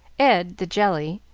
ed the jelly,